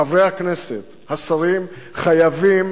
חברי הכנסת, השרים, חייבים